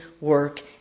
work